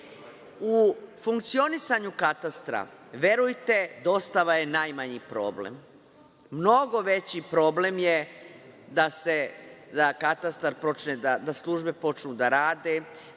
funkcionisanju katastra, verujte, dostava je najmanji problem. Mnogo veći problem je da službe počnu da rade,